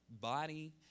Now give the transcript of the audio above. body